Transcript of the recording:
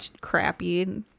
crappy